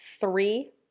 Three